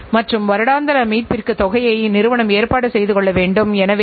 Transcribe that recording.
நிர்வாகத்தின் எந்தவொரு மட்டத்திலும் நிர்வாகத்தால் முக்கியமான முடிவுகளை எடுப்பது எப்படி